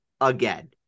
again